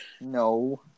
No